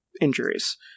injuries